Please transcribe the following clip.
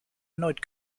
erneut